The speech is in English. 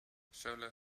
solar